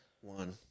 One